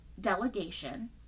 delegation